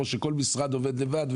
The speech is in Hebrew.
או שכל משרד עובד לבד.